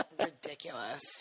Ridiculous